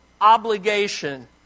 obligation